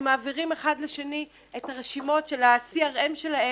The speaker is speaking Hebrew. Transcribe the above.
שמעבירות מאחת לשנייה את הרשימות של ה-CRM שלהן: